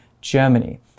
Germany